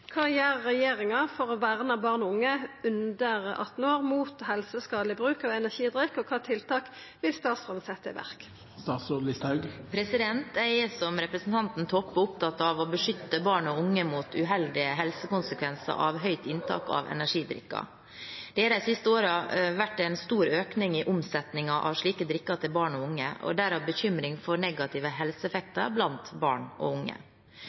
Kva gjer regjeringa for å verne barn og unge under 18 år mot helseskadeleg bruk av energidrikk, og kva tiltak vil statsråden setje i verk?» Jeg er, som representanten Toppe, opptatt av å beskytte barn og unge mot uheldige helsekonsekvenser av høyt inntak av energidrikker. Det har de siste årene vært en stor økning i omsetningen av slike drikker til barn og unge og derav bekymring for negative helseeffekter blant barn og unge.